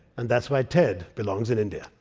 and that's why ted belongs in india.